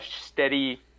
steady